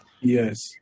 yes